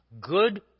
good